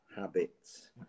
habits